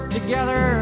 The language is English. together